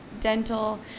dental